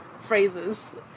phrases